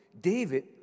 David